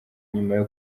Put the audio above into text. nyuma